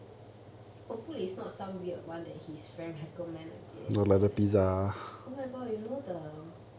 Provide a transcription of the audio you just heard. hopefully it's not some weird one that his friend recommend again then like oh my god you know the